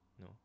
No